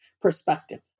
perspective